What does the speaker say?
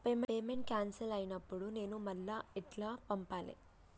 Payment cancel అయినపుడు నేను మళ్ళా ఎట్ల పంపాలే?